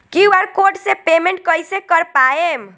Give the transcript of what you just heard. QR code से payment कईसे कर पाएम?